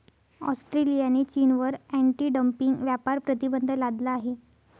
ऑस्ट्रेलियाने चीनवर anti dumping व्यापार प्रतिबंध लादला आहे